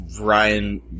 Ryan